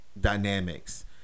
dynamics